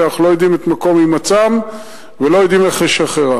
שאנחנו לא יודעים את מקום הימצאם ולא יודעים איך לשחררם.